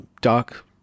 Doc